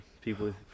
people